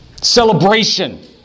Celebration